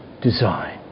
design